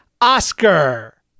oscar